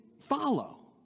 follow